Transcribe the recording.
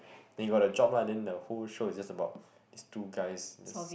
they got the job lah then the whole show is just about these two guys just